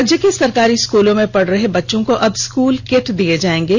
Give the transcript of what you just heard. राज्य के सरकारी स्कूलों में पढ़ रहे बच्चों को अब स्कूल किट दिये जायेंगे